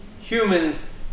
humans